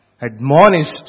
admonished